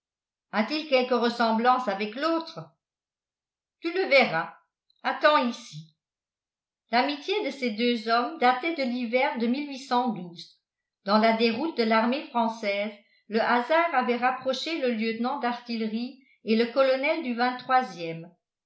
a-t-il quelque ressemblance avec l'autre tu le verras attends ici l'amitié de ces deux hommes datait de l'hiver de dans la déroute de l'armée française le hasard avait rapproché le lieutenant d'artillerie et le colonel du